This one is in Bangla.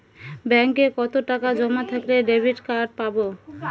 ব্যাঙ্কে কতটাকা জমা থাকলে ডেবিটকার্ড পাব?